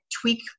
tweak